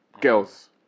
girls